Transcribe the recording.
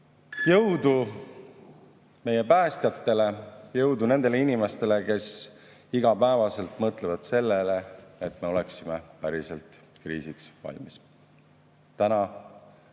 meie päästjatele! Jõudu nendele inimestele, kes igapäevaselt mõtlevad sellele, et me oleksime päriselt kriisiks valmis! Tänavu